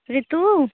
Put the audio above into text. ऋतु